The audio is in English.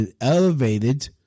elevated